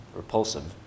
repulsive